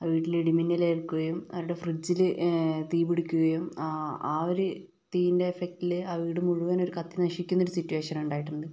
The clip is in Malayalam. അവരുടെ വീട്ടില് ഇടിമിന്നൽ ഏൽക്കുകയും അവരുടെ ഫ്രിഡ്ജില് തീ പിടിക്കുകയും ആ ഒരു തീൻ്റെ എഫക്ടില് ആ വീട് മുഴുവൻ കത്തിനശിക്കുന്ന ഒരു സിറ്റുവേഷൻ ഉണ്ടായിട്ടുണ്ട്